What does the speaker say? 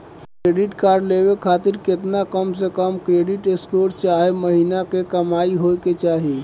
Credit card लेवे खातिर केतना कम से कम क्रेडिट स्कोर चाहे महीना के कमाई होए के चाही?